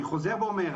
אני חוזר ואומר,